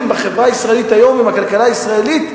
בחברה הישראלית היום ועם הכלכלה הישראלית,